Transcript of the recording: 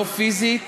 לא פיזית